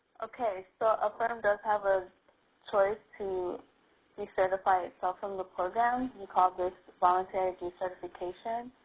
okay, so a firm does have ah sort of to decertify itself from the program. we call this the voluntary decertification.